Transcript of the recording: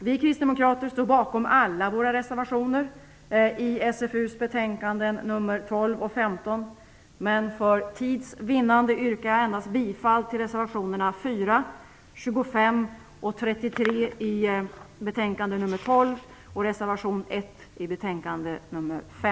Vi kristdemokrater står bakom alla våra reservationer till socialförsäkringsutskottets betänkanden nr 12 och 15, men för tids vinnande yrkar jag endast bifall till reservationerna 4, 25 och 33